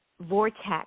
vortex